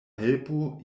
helpo